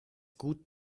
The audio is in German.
gut